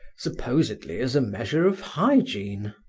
supposedly as a measure of hygiene.